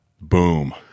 boom